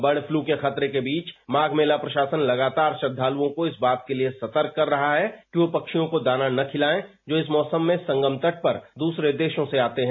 bird flu के खतरे के बीच माघ मेला प्रशासन लगातार श्रद्दालुओं को इस बात के लिए सतर्क कर रहा है कि वह पक्षियों को दाना न खिलाएं जो इस मौसम में संगम तट पर दूसरे देशों से आते है